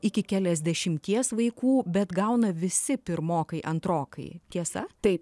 iki keliasdešimties vaikų bet gauna visi pirmokai antrokai tiesa taip